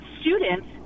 students